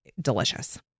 delicious